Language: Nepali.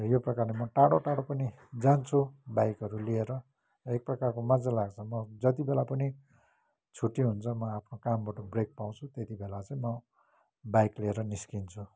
र यो प्रकारले म टाढो टाढो पनि जान्छु बाइकहरू लिएर र एकप्रकारको मज्जा लाग्छ म जतिबेला पुनि छुट्टी हुन्छ म आफ्नो कामबाट ब्रेक पाउँछु त्यतिबेला चाहिँ म बाइक लिएर निस्किन्छु